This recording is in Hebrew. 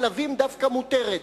לכלבים דווקא מותרת.